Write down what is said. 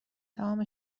تمام